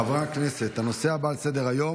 חברי הכנסת, הנושא הבא על סדר-היום,